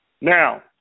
Now